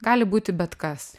gali būti bet kas